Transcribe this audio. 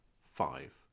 five